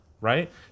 Right